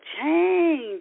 change